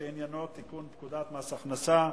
שעניינו תיקון פקודת מס הכנסה.